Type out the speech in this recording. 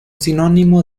sinónimo